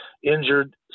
injured